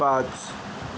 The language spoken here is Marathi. पाच